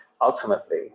ultimately